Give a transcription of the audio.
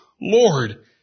Lord